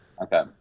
Okay